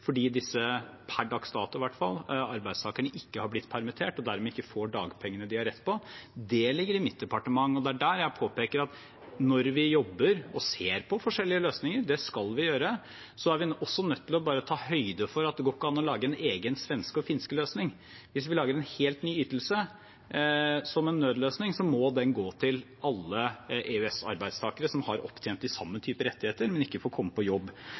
fordi disse arbeidstakerne, per dags dato i hvert fall, ikke har blitt permittert og dermed ikke får dagpengene de har rett på. Det ligger i mitt departementet, og det er der jeg påpeker at når vi jobber og ser på forskjellige løsninger – det skal vi gjøre – er vi også nødt til å ta høyde for at det ikke går an å lage en egen svenske- og finskeløsning. Hvis vi lager en helt ny ytelse, som en nødløsning, må den gå til alle EØS-arbeidstakere som har opptjent den samme typen rettigheter, men ikke får komme på jobb.